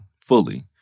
fully